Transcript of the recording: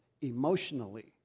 emotionally